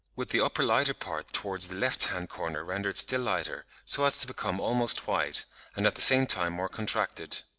with the upper lighter part towards the left-hand corner rendered still lighter, so as to become almost white and at the same time more contracted.